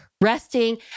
Resting